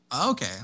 Okay